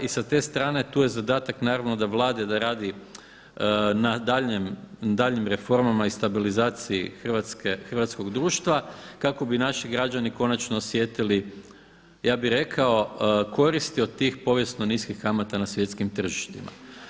I sa te strane tu je zadatak naravno od Vlade da radi na daljnjim reformama i stabilizaciji hrvatskog društva kako bi naši građani konačno osjetili, ja bih rekao koristi od tih povijesno niskih kamata na svjetskim tržištima.